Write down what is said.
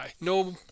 No